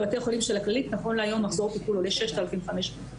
בבתי חולים של הכללית נכון להיום מחזור טיפול עולה 6,500 שח.